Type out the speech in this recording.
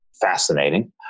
fascinating